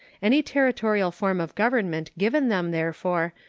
any territorial form of government given them, therefore,